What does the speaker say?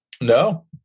No